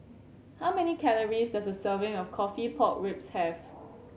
how many calories does a serving of coffee pork ribs have